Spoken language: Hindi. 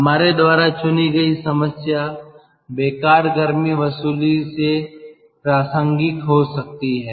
हमारे द्वारा चुनी गई समस्या बेकार गर्मी वसूली से प्रासंगिक हो सकती है